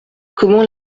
comment